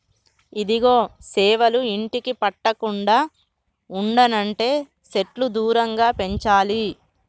ఇదిగో సేవలు ఇంటికి పట్టకుండా ఉండనంటే సెట్లు దూరంగా పెంచాలి